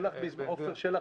עפר שלח